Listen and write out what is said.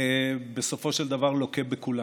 ובסופו של דבר לוקה בכולם.